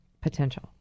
potential